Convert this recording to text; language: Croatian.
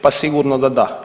Pa sigurno da da.